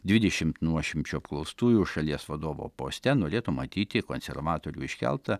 dvidešimt nuošimčių apklaustųjų šalies vadovo poste norėtų matyti konservatorių iškeltą